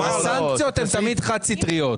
הסנקציות הן תמיד חד סטריות.